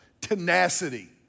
tenacity